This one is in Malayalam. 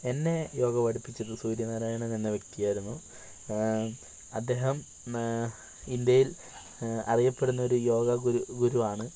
എന്നെ യോഗ പഠിപ്പിച്ചത് സൂര്യനാരായണൻ എന്ന വ്യക്തിയായിരുന്നു അദ്ദേഹം ഇന്ത്യയിൽ അറിയപ്പെടുന്നൊരു യോഗാഗുരു ഗുരുവാണ്